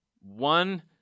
One